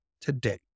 today